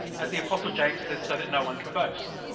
as the apostle james says, so that no one can boast.